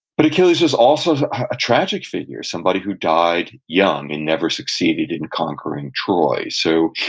but achilles was also a tragic figure, somebody who died young and never succeeded in conquering troy, so